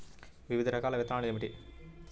వివిధ రకాల విత్తనాలు ఏమిటి?